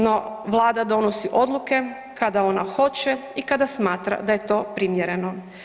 No, Vlada donosi odluke kada ona hoće i kada smatra da je to primjereno.